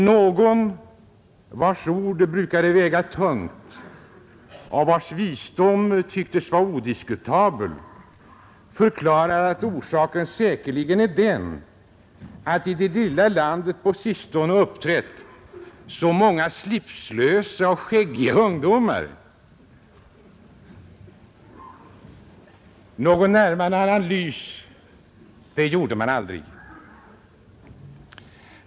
Någon, vars ord brukade väga tungt och vars visdom tycktes vara odiskutabel, förklarade att orsaken säkerligen är den att i det lilla landet på sistone uppträtt så många slipslösa och skäggiga ungdomar. Någon närmare analys gjorde man aldrig.